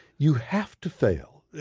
you have to fail.